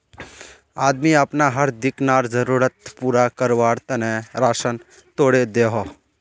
आदमी अपना हर दिन्कार ज़रुरत पूरा कारवार तने राशान तोड़े दोहों